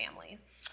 families